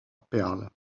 perles